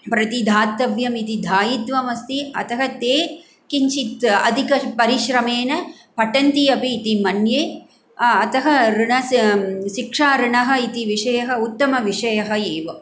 प्रतिदातव्यम् इति दायित्वम् अस्ति अतः ते किञ्चित् अधिकपरिश्रमेण पटन्ति अपि इति मन्ये अतः शिक्षा ऋणः इति विषयः उत्तमविषयः एव